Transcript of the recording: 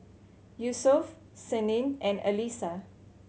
Yusuf Senin and Alyssa